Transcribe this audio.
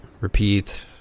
repeat